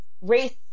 race